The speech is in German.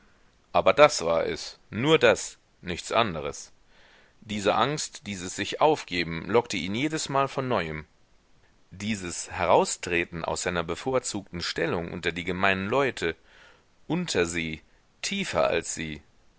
aber das war es nur das nichts anderes diese angst dieses sichaufgeben lockte ihn jedesmal von neuem dieses heraustreten aus seiner bevorzugten stellung unter die gemeinen leute unter sie tiefer als sie